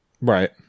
Right